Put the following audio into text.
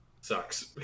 Sucks